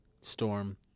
storm